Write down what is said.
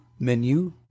menu